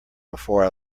before